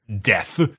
death